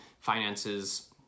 finances